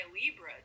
Libra